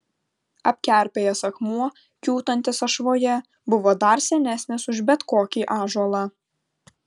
apkerpėjęs akmuo kiūtantis ašvoje buvo dar senesnis už bet kokį ąžuolą